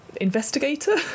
investigator